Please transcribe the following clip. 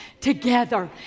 together